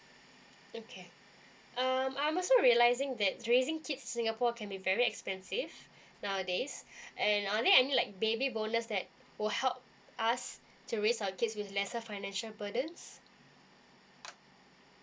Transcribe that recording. okay um I'm also realising that raising kids in singapore can be very expensive nowadays and are there any like baby bonus that will help us to raise our kids with lesser financial burdens